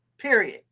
period